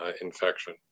infection